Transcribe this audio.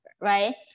right